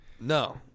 No